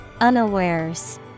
Unawares